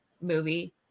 movie